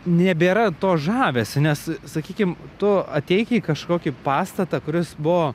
nebėra to žavesio nes sakykim tu ateik į kažkokį pastatą kuris buvo